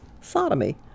sodomy